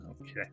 Okay